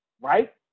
right